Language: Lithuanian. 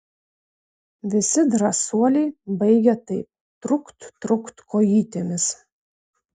visi drąsuoliai baigia taip trukt trukt kojytėmis